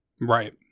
Right